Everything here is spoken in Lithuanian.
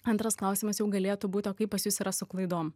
antras klausimas jau galėtų būti o kaip pas jus yra su klaidom